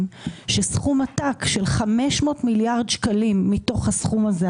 שסכום עתק של 500 מיליארד שקלים מתוך הסכום הזה,